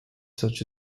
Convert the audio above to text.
such